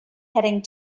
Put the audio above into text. heading